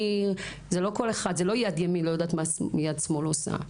זה לא יד ימין לא יודעת מה יד שמאל עושה.